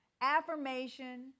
Affirmation